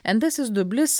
entasis dublis